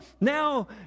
now